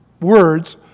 words